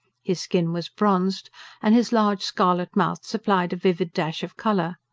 his skin was bronzed and his large, scarlet mouth supplied a vivid dash of colour.